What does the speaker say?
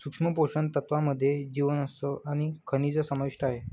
सूक्ष्म पोषण तत्त्वांमध्ये जीवनसत्व आणि खनिजं समाविष्ट आहे